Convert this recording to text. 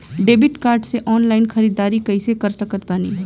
Debit card से online ख़रीदारी कैसे कर सकत बानी?